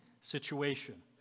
situation